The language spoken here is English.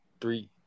three